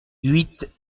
huit